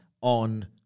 on